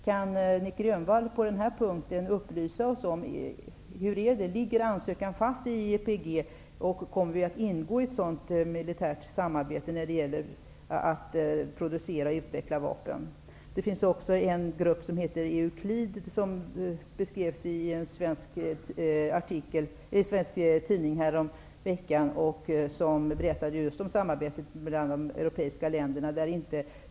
Kan Nic Grönvall på den här punkten upplysa oss om hur det förhåller sig? Ligger ansökan fast när det gäller IEPG? Och kommer vi att ingå i ett sådant militärt samarbete när det gäller att producera och utveckla vapen? Det finns en grupp som heter EUCLID. Denna beskrevs i en svensk tidning häromveckan. Det berättades just om samarbetet mellan de europeiska länderna.